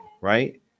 right